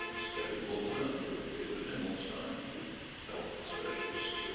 ah steffie woolhandler and david himmelstein, two health specialists,